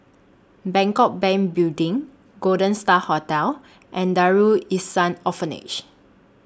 Bangkok Bank Building Golden STAR Hotel and Darul Lhsan Orphanage